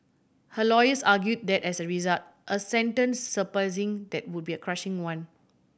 her lawyers argued that as a result a sentence surpassing that would be a crushing one